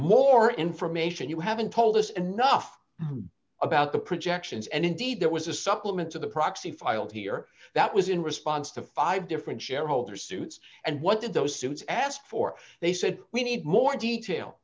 more information you haven't told us enough about the projections and indeed there was a supplement to the proxy file here that was in response to five different shareholder suits and what did those suits ask for they said we need more detail